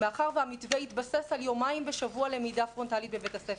מאחר שהמתווה התבסס על יומיים בשבוע למידה פרונטלית בבית הספר,